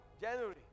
January